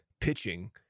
pitching